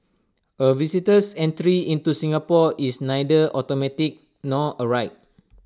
A visitor's entry into Singapore is neither automatic nor A right